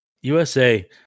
USA